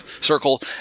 circle